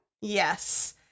Yes